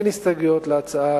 אין הסתייגויות להצעה.